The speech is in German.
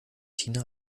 tina